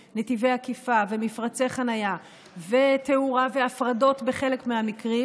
של נתיבי עקיפה ומפרצי חניה ותאורה והפרדות בחלק מהמקרים.